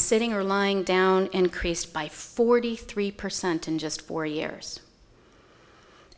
sitting or lying down increased by forty three percent in just four years